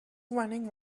running